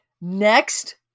next